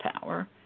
power